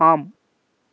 ஆம்